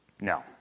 No